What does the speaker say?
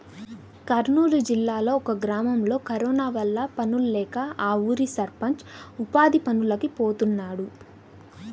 కర్నూలు జిల్లాలో ఒక గ్రామంలో కరోనా వల్ల పనుల్లేక ఆ ఊరి సర్పంచ్ ఉపాధి పనులకి పోతున్నాడు